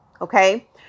Okay